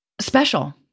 Special